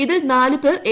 ഇതിൽ നാലു പേർ എ